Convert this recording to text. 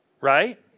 right